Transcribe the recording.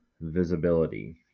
visibility